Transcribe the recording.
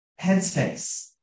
headspace